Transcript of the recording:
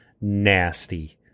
nasty